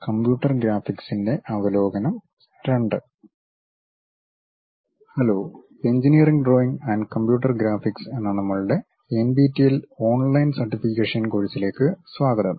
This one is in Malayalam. കമ്പ്യൂട്ടർ ഗ്രാഫിക്സിന്റെ അവലോകനം II hello engineering drawing and computer graphics എന്ന നമ്മളുടെ എൻപിടിഎൽ ഓൺലൈൻ സർട്ടിഫിക്കേഷൻ കോഴ്സിലേക്ക് സ്വാഗതം